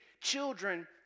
children